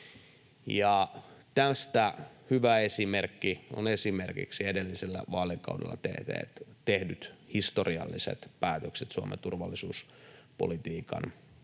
Tästä hyviä esimerkkejä ovat esimerkiksi edellisellä vaalikaudella tehdyt historialliset päätökset Suomen ulko- ja turvallisuuspolitiikan linjassa